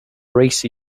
race